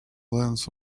lens